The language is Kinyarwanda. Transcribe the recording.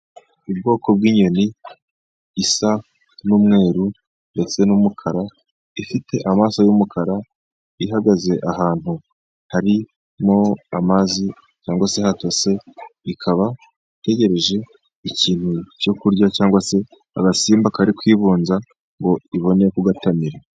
Ubwoko bw'inyoni isa n'umweru ndetse n'umukara , ifite amaso y' umukara , ihagaze ahantu harimo amazi cyangwa se hatose, ikaba itegereje ikintu cyo kurya cyangwa se agasimba kari kwibunza ngo ibone ku gatamira .